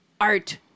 Art